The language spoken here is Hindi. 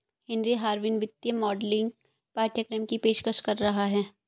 हेनरी हार्विन वित्तीय मॉडलिंग पाठ्यक्रम की पेशकश कर रहा हैं